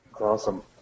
Awesome